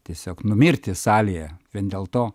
tiesiog numirti salėje vien dėl to